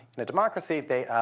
in a democracy, they